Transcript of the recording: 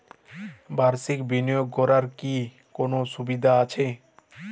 বাষির্ক বিনিয়োগ করার কি কোনো সুবিধা আছে?